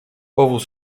powóz